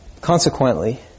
Consequently